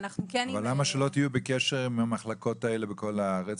ואנחנו --- אבל למה שלא תהיו בקשר עם המחלקות האלה בכל הארץ?